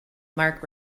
marc